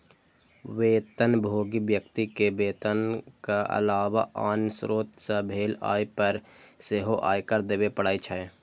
वेतनभोगी व्यक्ति कें वेतनक अलावा आन स्रोत सं भेल आय पर सेहो आयकर देबे पड़ै छै